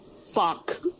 Fuck